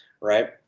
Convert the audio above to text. right